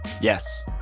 Yes